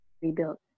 rebuilt